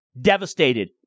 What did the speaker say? devastated